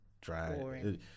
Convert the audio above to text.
dry